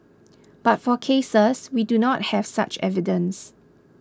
but for cases we do not have such evidence